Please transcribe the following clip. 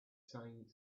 seemed